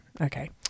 Okay